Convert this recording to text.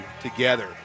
together